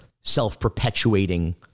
self-perpetuating